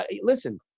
listen